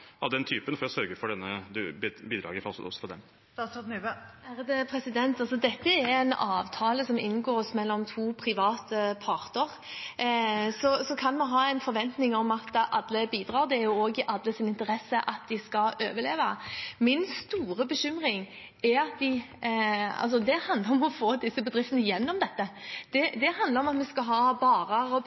av den typen for å sørge for dette bidraget også fra dem? Dette er en avtale som inngås mellom to private parter. Så kan vi ha en forventning om at alle bidrar. Det er også i alles interesse at de skal overleve. Min store bekymring handler om å få disse bedriftene igjennom dette. Det handler om at vi skal ha barer